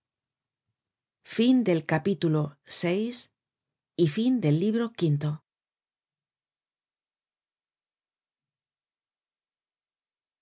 fin del libro